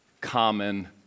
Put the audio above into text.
common